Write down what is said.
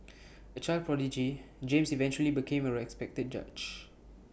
A child prodigy James eventually became A respected judge